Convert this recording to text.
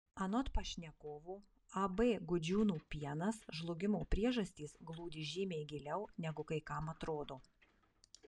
anot pašnekovo ab gudžiūnų pienas žlugimo priežastys glūdi žymiai giliau negu kai kam atrodo